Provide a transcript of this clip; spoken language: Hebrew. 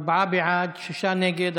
ארבעה בעד, שישה נגד.